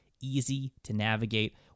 easy-to-navigate